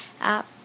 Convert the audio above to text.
app